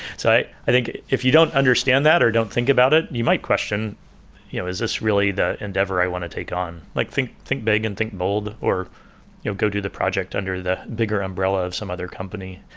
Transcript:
so i think if you don't understand that, or don't think about it, you might question you know is this really the endeavor i want to take on? like think think big and think bold, or you know go do the project under the bigger umbrella of some other company.